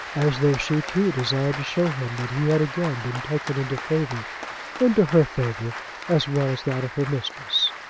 as though she too desired to show him that he had again been taken into favour into her favour as well as that of her mistress.